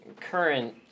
current